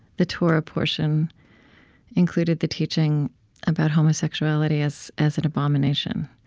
the torah portion included the teaching about homosexuality as as an abomination.